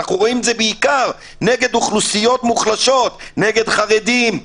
אנחנו רואים את זה בעיקר נגד אוכלוסיות מוחלשות נגד חרדים,